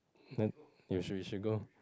then you should you should go